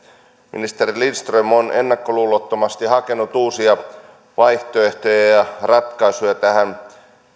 ministeri lindström on ennakkoluulottomasti hakenut uusia vaihtoehtoja ja ja ratkaisuja tähän